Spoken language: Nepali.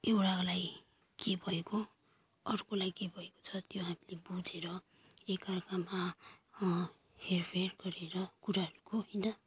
एउटालाई के भएको अर्कोलाई के भएको छ त्यो हामीले बुझेर एकाअर्कामा हेरफेर गरेर कुराहरूको होइन